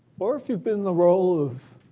or if you've been the role of